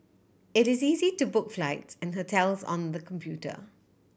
it is easy to book flights and hotels on the computer